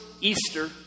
Easter